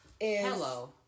Hello